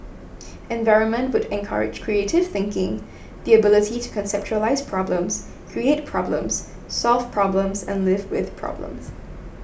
environment would encourage creative thinking the ability to conceptualise problems create problems solve problems and live with problems